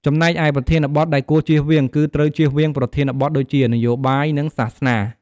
ចំណែកឯ ប្រធានបទដែលគួរជៀសវាង គឺត្រូវជៀសវាងប្រធានបទ ដូចជា នយោបាយ និងសាសនា ។